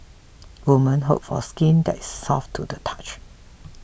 women hope for skin that is soft to the touch